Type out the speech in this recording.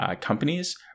companies